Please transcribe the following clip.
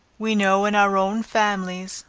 we know in our own families,